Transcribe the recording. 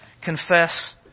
confess